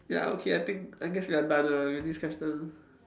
ya okay I think I guess we are done lah with this question